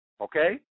Okay